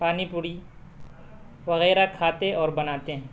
پانی پوڑی وغیرہ کھاتے اور بناتے ہیں